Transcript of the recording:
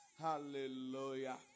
Hallelujah